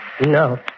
No